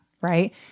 right